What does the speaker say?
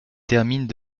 terminent